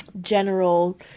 general